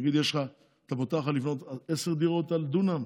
נגיד שמותר לבנות 10 דירות לדונם?